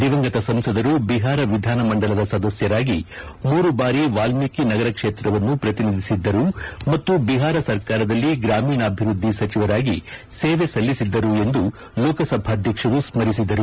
ದಿವಂಗತ ಸಂಸದರು ಬಿಹಾರ ವಿಧಾನಮಂಡಲದ ಸದಸ್ಯರಾಗಿ ಮೂರು ಬಾರಿ ವಾಲ್ಮೀಕಿ ನಗರ ಕ್ಷೇತ್ರವನ್ನು ಪ್ರತಿನಿಧಿಸಿದ್ದರು ಮತ್ತು ಬಿಹಾರ ಸರ್ಕಾರದಲ್ಲಿ ಗ್ರಾಮೀಣಾಭಿವೃದ್ದಿ ಸಚಿವರಾಗಿ ಸೇವೆ ಸಲ್ಲಿಸಿದ್ದರು ಎಂದು ಲೋಕಸಭಾಧ್ಯಕ್ಷರು ಸ್ಮರಿಸಿದರು